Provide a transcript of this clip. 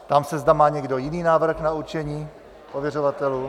Ptám se, zda má někdo jiný návrh na určení ověřovatelů...?